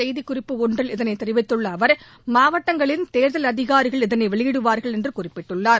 செய்திக்குறிப்பு ஒன்றில் இதனை தெரிவித்துள்ள அவர் மாவட்டங்களின் தேர்தல் அதிகாரிகள் இதனை வெளியிடுவார்கள் என்று குறிப்பிட்டுள்ளார்